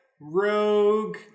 rogue